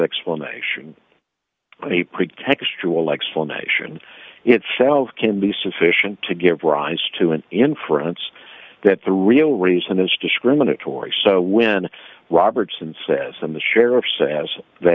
explanation he pretextual explanation itself can be sufficient to give rise to an inference that the real reason is discriminatory so when robertson says i'm a sheriff says th